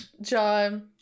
John